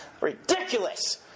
Ridiculous